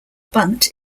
bunt